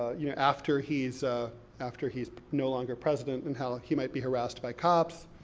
you know, after he's, ah after he's no longer president, and how he might be harassed by cops.